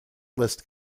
list